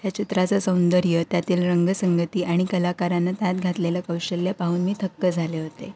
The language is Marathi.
त्या चित्राचं सौंदर्य त्यातील रंगसंगती आणि कलाकारानं त्यात घातलेल्या कौशल्य पाहून मी थक्क झाले होते